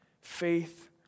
faith